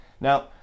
Now